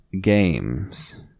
games